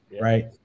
Right